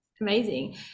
Amazing